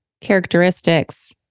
characteristics